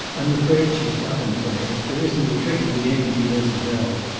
i'm afraid she's got him, clay. there isn't a trick in the game she doesn't know.